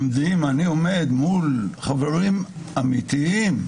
אני עומד מול חברים אמיתיים,